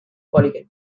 polygon